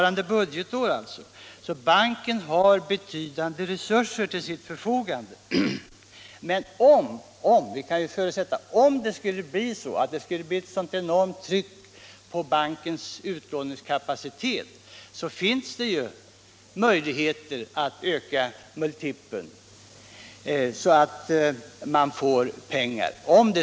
Banken har alltså betydande resurser till sitt förfogande, men om det ändå skulle bli ett så enormt tryck på bankens utlåningskapacitet, att behov härav skulle uppstå, finns det möjligheter att höja den aktuella multipeln så att man får pengar.